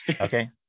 okay